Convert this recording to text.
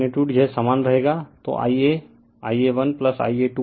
refer slide time 2403 तो magnitude यह समान रहेगा